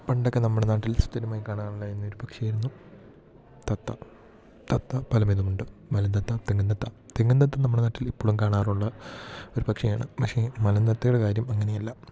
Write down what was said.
പണ്ടെക്കെ നമ്മുടെ നാട്ടിൽ സ്ഥിരമായി കാണാറുണ്ടായിരുന്നൊരു പക്ഷിയായിരുന്നു തത്ത തത്ത പലമിതമുണ്ട് മലന്തത്ത തെങ്ങും തത്ത തെങ്ങും തത്ത നമ്മടെ നാട്ടിൽ ഇപ്പളും കാണാറുള്ള ഒരു പക്ഷിയാണ് പക്ഷേ മലന്തത്തയുടെ കാര്യം അങ്ങനെയല്ല